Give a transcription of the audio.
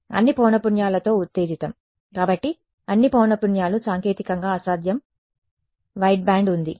అన్ని పౌనఃపున్యాలతో ఉత్తేజితం కాబట్టి అన్ని పౌనఃపున్యాలు సాంకేతికంగా అసాధ్యం వైట్ బ్యాండ్ ఉంది